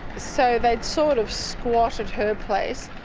so they'd sort of squat at her place.